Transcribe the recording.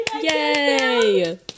Yay